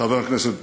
חבר הכנסת בר-לב,